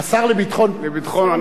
השר לביטחון פנים.